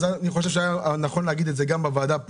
אני חושב שהיה נכון להגיד את זה גם בוועדה.